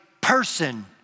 person